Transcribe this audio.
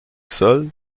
sol